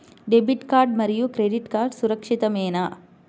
Debit card మరియు credit card సురక్షితమేనా?